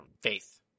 faith